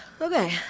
Okay